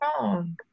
wrong